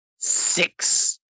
Six